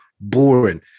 Boring